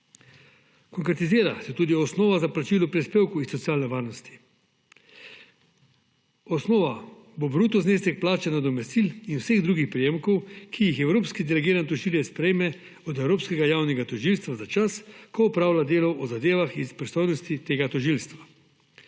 Konkretizira se tudi osnova za plačilo prispevkov iz socialne varnosti. Osnova bo bruto znesek plače, nadomestil in vseh drugih prejemkov, ki jih je evropski delegiran tožilec prejme od Evropskega javnega tožilstva za čas, ko opravlja delo o zadevah iz pristojnosti tega tožilstva.